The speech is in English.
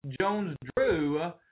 Jones-Drew